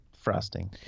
frosting